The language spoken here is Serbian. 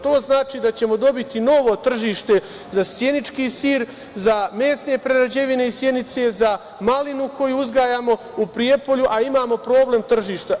To znači da ćemo dobiti novo tržište za sjenički sir, za mesne prerađevine iz Sjenice, za malinu koju uzgajamo u Prijepolju, a imamo problem tržišta.